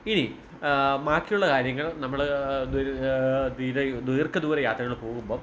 ഇനി ബാക്കിയുള്ള കാര്യങ്ങൾ നമ്മൾ ദീർഘദൂര യാത്രകൾ പോകുമ്പം